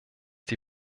die